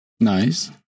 Nice